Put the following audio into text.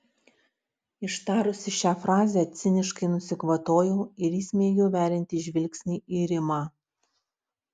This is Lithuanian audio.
ištarusi šią frazę ciniškai nusikvatojau ir įsmeigiau veriantį žvilgsnį į rimą